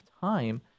time